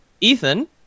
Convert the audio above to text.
Ethan